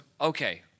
okay